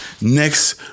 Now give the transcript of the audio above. next